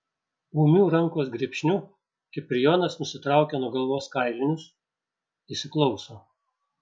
ūmiu rankos grybšniu kiprijonas nusitraukia nuo galvos kailinius įsiklauso